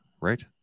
right